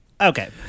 Okay